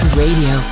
radio